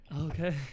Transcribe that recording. Okay